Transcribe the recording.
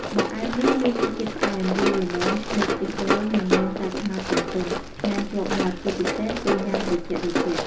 បង្អែមនេះមានរសជាតិផ្អែម រាវល្មម ឈ្ងុយខ្ទិះដូង និងមានសាច់ត្នោតទន់ៗ ឆ្ងាញ់ជាប់មាត់ ជាពិសេសពេលញ៉ាំត្រជាក់ៗ។